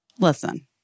Listen